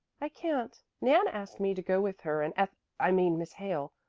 i can't. nan asked me to go with her and eth i mean miss hale,